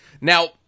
Now